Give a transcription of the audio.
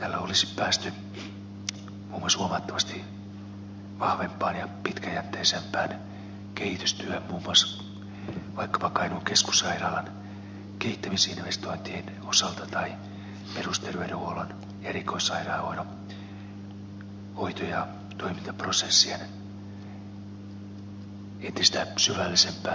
tällä olisi päästy muun muassa huomattavasti vahvempaan ja pitkäjänteisempään kehitystyöhön muun muassa vaikkapa kainuun keskussairaalan kehittämisinvestointien osalta tai perusterveydenhuollon ja erikoissairaanhoidon hoito ja toimintaprosessien entistä syvällisempään integraatioon